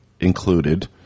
included